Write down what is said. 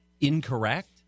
incorrect